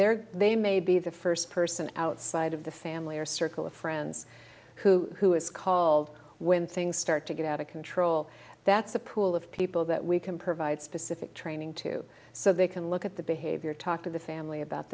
there they may be the first person outside of the family or circle of friends who has called when things start to get out of control that's a pool of people that we can provide specific training to so they can look at the behavior talk to the family about